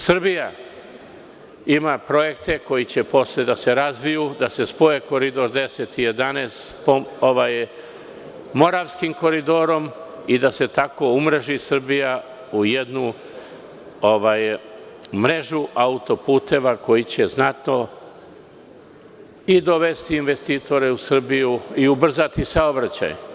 Srbija ima projekte koji će posle da se razviju da se spoje Koridor 10 i 11 Moravskim koridorom i da se tako umreži Srbija u jednu mrežu auto-puteva koji će znatno dovesti investitore u Srbiju i ubrzati saobraćaj.